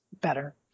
better